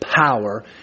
power